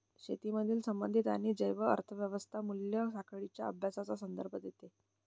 शेतीमधील संबंधित आणि जैव अर्थ व्यवस्था मूल्य साखळींच्या अभ्यासाचा संदर्भ देते